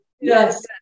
Yes